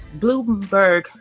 Bloomberg